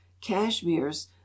cashmeres